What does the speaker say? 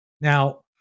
Now